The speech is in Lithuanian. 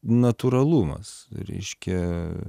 natūralumas reiškia